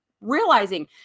realizing